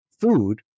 food